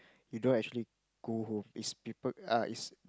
you don't actually go home is people uh is